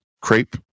crepe